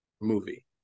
movie